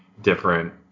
different